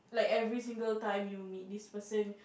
like every single time you meet this person